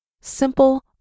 Simple